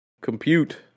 compute